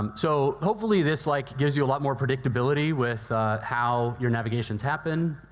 um so hopefully this like gives you a lot more predictability with how your navigations happen.